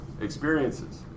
experiences